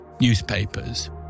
newspapers